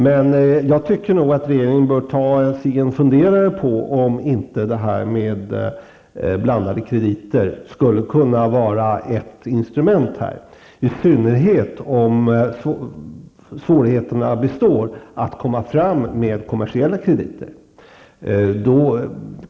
Men jag tycker nog att regeringen bör ta sig en funderare över om inte blandade krediter skulle kunna vara ett lämpligt instrument i detta sammanhang, i synnerhet om svårigheterna med att komma fram med kommersiella krediter består.